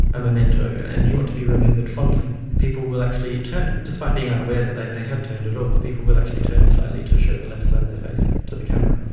a memento, and you want to be remembered fondly. people will actually turn, despite being unaware that they they have turned at all, people will actually turn slightly to show the left side of their face to the camera.